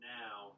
now